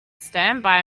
standby